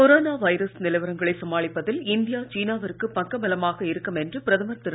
corona virus நிலவரங்களை சமாளிப்பதில் India சீனாவிற்கு பக்க பலமாக இருக்கும் என்று பிரதமர் திரு